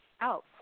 out